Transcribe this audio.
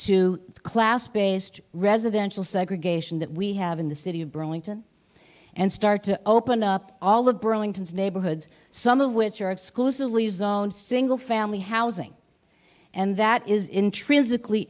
to class based residential segregation that we have in the city of brawling and start to open up all of burlington's neighborhoods some of which are exclusively zoned single family housing and that is intrinsically